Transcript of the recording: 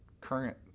current